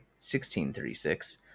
1636